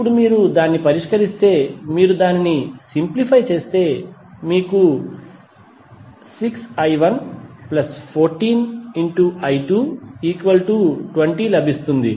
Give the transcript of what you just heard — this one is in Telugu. ఇప్పుడు మీరు దాన్ని పరిష్కరిస్తే మీరు దానిని సింప్లిఫై చేస్తే మీకు 6i114i220లభిస్తుంది